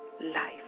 life